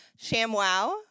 shamwow